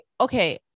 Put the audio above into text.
okay